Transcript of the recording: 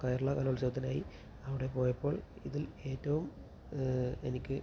കേരള കലോത്സവത്തിനായി അവിടെ പോയപ്പോൾ ഇതിൽ ഏറ്റവും എനിക്ക്